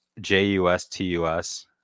J-U-S-T-U-S